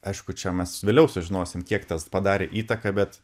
aišku čia mes vėliau sužinosim kiek tas padarė įtaką bet